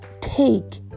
take